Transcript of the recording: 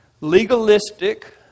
legalistic